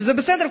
שזה בסדר,